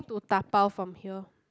to dabao from here